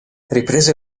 riprese